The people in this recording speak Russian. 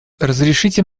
разрешите